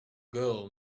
girl